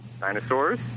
Dinosaurs